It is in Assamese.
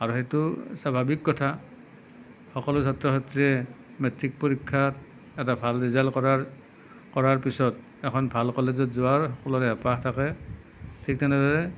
আৰু সেইটো স্বাভাৱিক কথা সকলো ছাত্ৰ ছাত্ৰীয়ে মেট্ৰিক পৰীক্ষাত এটা ভাল ৰিজাল্ট কৰাৰ কৰাৰ পিছত এখন ভাল কলেজত যোৱাৰ সকলোৰে হেঁপাহ থাকে ঠিক তেনেদৰে